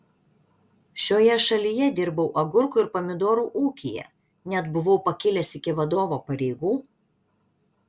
šioje šalyje dirbau agurkų ir pomidorų ūkyje net buvau pakilęs iki vadovo pareigų